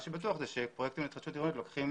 מה שבטוח זה שפרויקטים להתחדשות עירונית לוקחים